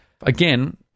again